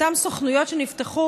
אותן סוכנויות שנפתחו,